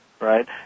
Right